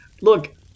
look